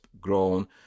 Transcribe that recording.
grown